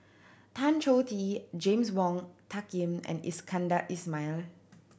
Tan Choh Tee James Wong Tuck Yim and Iskandar Ismail